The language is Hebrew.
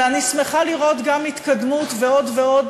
ואני שמחה לראות גם התקדמות ועוד ועוד